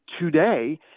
Today